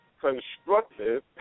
constructive